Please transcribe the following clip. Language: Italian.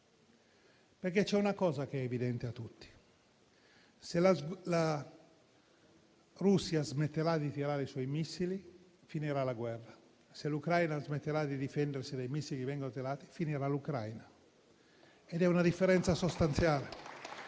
perché c'è una cosa che è evidente a tutti: se la Russia smetterà di lanciare i suoi missili, finirà la guerra; se l'Ucraina smetterà di difendersi dai missili che vengono lanciati finirà l'Ucraina, ed è una differenza sostanziale.